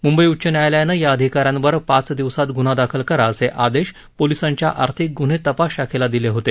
मुंबई उच्च न्यायालयानं या अधिका यांवर पाच दिवसात गुन्हा दाखल करा असे आदेश पोलिसांच्या आर्थिक गुन्हे तपास शाखेला दिले होते